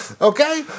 okay